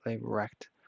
wrecked